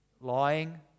lying